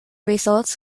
results